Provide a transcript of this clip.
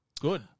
good